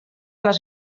les